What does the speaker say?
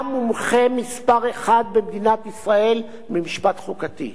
המומחה מספר אחת במדינת ישראל במשפט חוקתי,